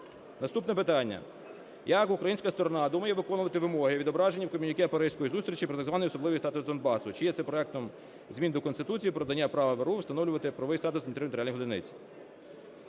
Наступне питання: "Як українська сторона думає виконувати вимоги, відображені в комюніке паризької зустрічі, про так званий "особливий статус Донбасу"? Чи є це проектом змін до Конституції про надання права ВРУ встановлювати правовий статус адміністративно-територіальних одиниць?"